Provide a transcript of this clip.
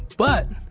but,